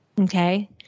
okay